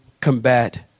combat